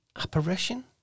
Apparition